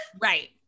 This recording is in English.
Right